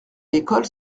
l’école